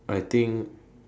I think